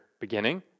beginning